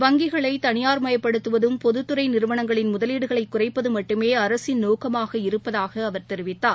வங்கிகளை தனியார்மயப்படுத்துவதும் பொதுத் துறை நிறுவனங்களின் முதலீடுகளை குறைப்பது மட்டுமே அரசின் நோக்கமாக இருப்பதாக அவர் தெரிவித்தார்